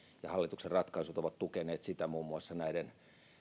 ja hallituksen ratkaisut ovat tukeneet sitä muun muassa näiden